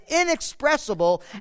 inexpressible